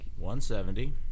170